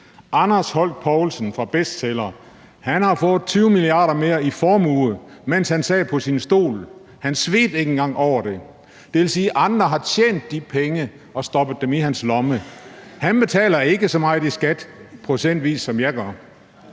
Anders Holch Povlsen fra Bestseller har fået 20 mia. kr. mere i formue, mens han sad på sin stol. Han svedte ikke engang over det. Det vil sige, at andre har tjent de penge og stoppet dem i hans lomme. Han betaler ikke procentvis så meget i skat, som jeg gør.